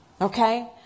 okay